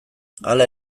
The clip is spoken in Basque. hala